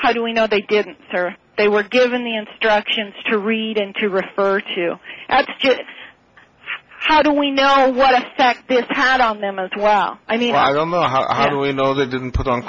how do we know they didn't or they were given the instructions to read and to refer to how do we know what that had on them as well i mean i don't know how do we know they didn't put on